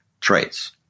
traits